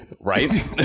right